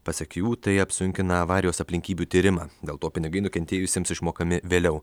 pasak jų tai apsunkina avarijos aplinkybių tyrimą dėl to pinigai nukentėjusiems išmokami vėliau